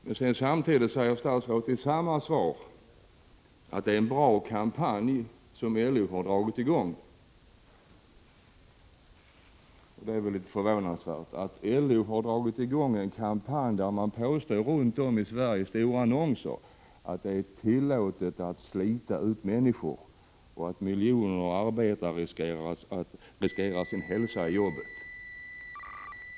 Men i samma svar säger statsrådet att det är en bra kampanj som LO har dragit i gång, och det är förvånansvärt. LO har dragit i gång en kampanj där man runt om i Sverige påstår att det är tillåtet att slita ut människor och att miljoner arbetare riskerar sin hälsa i jobbet.